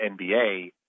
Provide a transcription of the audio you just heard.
NBA